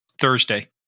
Thursday